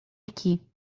aqui